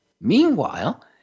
Meanwhile